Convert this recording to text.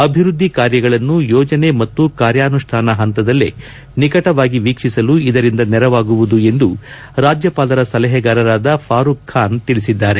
ಅಭಿವೃದ್ಧಿ ಕಾರ್ಯಗಳನ್ನು ಯೋಜನೆ ಮತ್ತು ಕಾರ್ಯಾನುಷ್ಠಾನ ಹಂತದಲ್ಲೇ ನಿಕಟವಾಗಿ ವೀಕ್ಷಿಸಲು ಇದರಿಂದ ನೆರವಾಗುವುದು ಎಂದು ರಾಜ್ಯಪಾಲರ ಸಲಹೆಗಾರರಾದ ಫಾರೂಕ್ ಖಾನ್ ತಿಳಿಸಿದ್ದಾರೆ